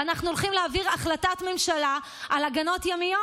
ואנחנו הולכים להעביר החלטת ממשלה על הגנות ימיות.